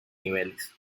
niveles